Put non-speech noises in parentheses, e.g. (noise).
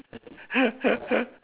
(laughs)